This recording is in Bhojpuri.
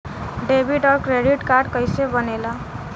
डेबिट और क्रेडिट कार्ड कईसे बने ने ला?